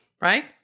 right